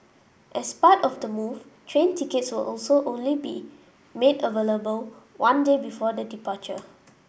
as part of the move train tickets will also only be made available one day before the departure